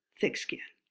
thick-skinned.